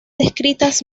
descritas